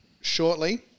shortly